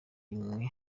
imwe